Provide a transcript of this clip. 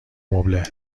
مبله